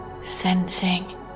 sensing